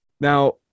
now